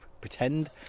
pretend